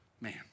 man